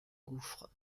gouffre